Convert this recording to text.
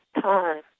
time